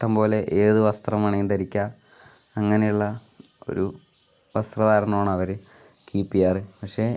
ഇഷ്ടംപോലെ ഏതു വസ്ത്രം വേണമെങ്കിലും ധരിക്കാം അങ്ങനെയുള്ള ഒരു വസ്ത്രധാരണമാണ് അവർ കീപ്പ് ചെയ്യാറ് പക്ഷെ